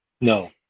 no